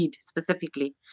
specifically